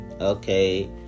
Okay